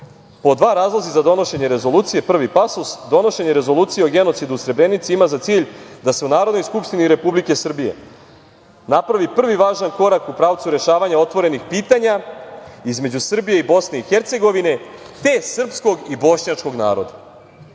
Pod dva, razlozi za donošenje rezolucije, prvi pasus: donošenje rezolucije o genocidu u Srebrenici ima za cilj da se u Narodnoj skupštini Republike Srbije napravi prvi važan korak u pravcu rešavanja otvorenih pitanja između Srbije i BiH, te srpskog i bošnjačkog naroda. Eto,